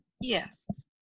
Yes